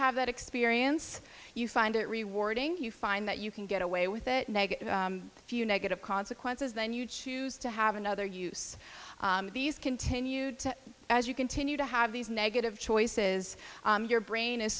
have that experience you find it rewarding you find that you can get away with it negative few negative consequences then you choose to have another use of these continued to as you continue to have these negative choices your brain is